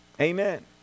Amen